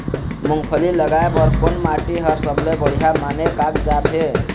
मूंगफली लगाय बर कोन माटी हर सबले बढ़िया माने कागजात हे?